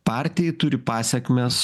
partijai turi pasekmes